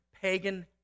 pagan